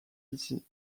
ici